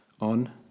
on